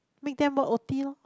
make them work O_T loh